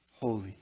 holy